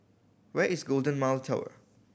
where is Golden Mile Tower